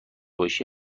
باشی